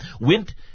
went